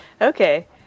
Okay